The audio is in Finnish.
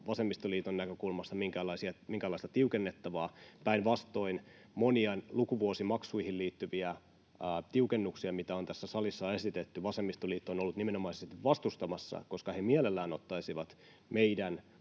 vasemmistoliiton näkökulmasta minkälaista tiukennettavaa. Päinvastoin, monia lukuvuosimaksuihin liittyviä tiukennuksia, mitä on tässä salissa esitetty, vasemmistoliitto on ollut nimenomaisesti vastustamassa, koska he mielellään ottaisivat meidän